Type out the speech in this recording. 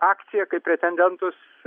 akciją kaip pretendentus